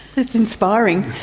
that's inspiring.